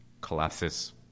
collapses